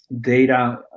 data